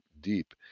deep